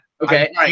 Okay